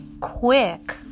quick